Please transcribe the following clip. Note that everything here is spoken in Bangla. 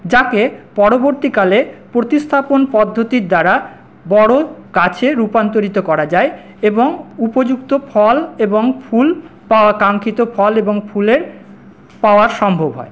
যাকে পরবর্তীকালে প্রতিস্থাপন পদ্ধতির দ্বারা বড়ো গাছে রূপান্তরিত করা যায় এবং উপযুক্ত ফল এবং ফুল পাওয়া কাঙ্ক্ষিত ফল এবং ফুলের পাওয়ার সম্ভব হয়